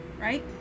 right